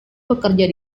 bekerja